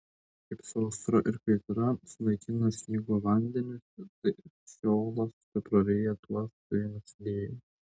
kaip sausra ir kaitra sunaikina sniego vandenis taip šeolas tepraryja tuos kurie nusidėjo